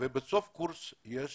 ובסוף הקורס יש